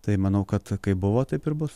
tai manau kad kaip buvo taip ir bus